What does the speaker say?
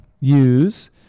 use